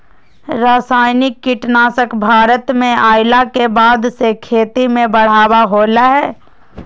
रासायनिक कीटनासक भारत में अइला के बाद से खेती में बढ़ावा होलय हें